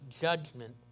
judgment